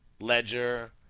Ledger